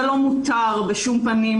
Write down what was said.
זה לא מותר בשום פנים,